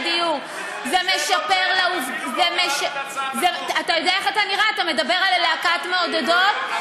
זה לא שייך להצעת החוק.